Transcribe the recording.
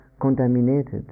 contaminated